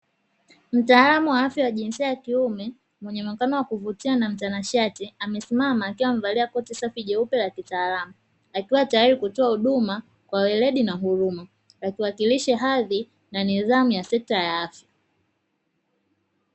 Mtaalamu wa afya wa jinsia ya kiume mwenye muonekano wa kuvutia na mtanashati amesimama akiwa amevalia shati jeupe la kitaalamu, akiwa tayari kutoa huduma kwa weledi na huruma, akiwakilisha hadhi na nidhamu ya sekta ya afya.